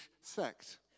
sect